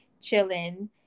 chilling